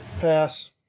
Pass